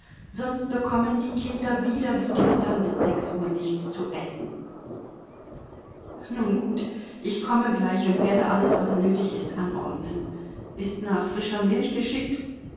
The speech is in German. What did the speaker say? sonst bekommen die kinder wieder wie gestern bis sechs uhr nichts zu essen nun gut ich komme gleich und werde alles was nötig ist anordnen ist nach frischer milch